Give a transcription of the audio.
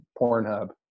Pornhub